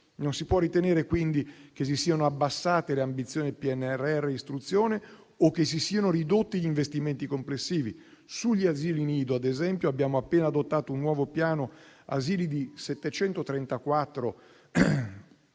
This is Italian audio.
Non si può ritenere quindi che si siano abbassate le ambizioni del PNRR istruzione, o che si siano ridotti gli investimenti complessivi. Sugli asili nido, ad esempio, abbiamo appena adottato un nuovo piano asili di 734,9